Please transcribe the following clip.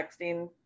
texting